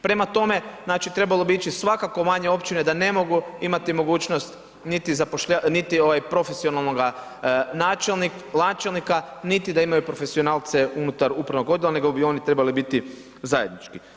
Prema tome, znači trebalo bi ići svakako manje općine da ne mogu imati mogućnost niti ovaj profesionalnoga načelnika, niti da imaju profesionalce unutar upravnog odjela, nego bi oni trebali biti zajednički.